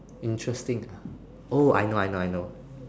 interesting oh I know I know I know